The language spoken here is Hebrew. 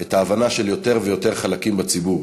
את ההבנה של יותר ויותר חלקים בציבור,